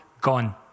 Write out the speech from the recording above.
gone